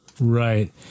Right